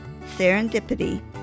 Serendipity